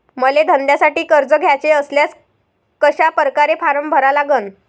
मले धंद्यासाठी कर्ज घ्याचे असल्यास कशा परकारे फारम भरा लागन?